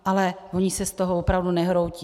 Ale oni se z toho opravdu nehroutí.